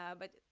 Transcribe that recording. yeah but